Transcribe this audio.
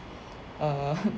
err